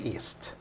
East